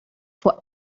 for